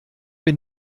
bin